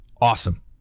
awesome